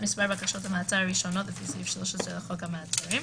מספר בקשות המעצר הראשונות לפי סעיף 13 לחוק המעצרים,